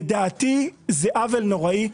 לדעתי זה עוול נוראי.